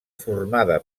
formada